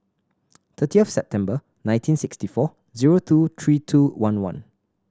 thirtieth September nineteen sixty four zero two three two one one